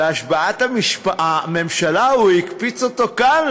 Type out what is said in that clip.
בהשבעת הממשלה הוא הקפיץ אותו לכאן,